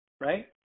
Right